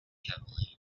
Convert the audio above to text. heavily